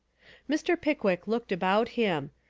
mr. pickwick looked about him.